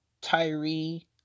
Tyree